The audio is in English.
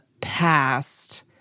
past